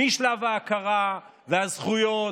משלב ההכרה והזכויות,